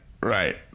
right